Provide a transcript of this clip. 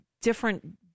different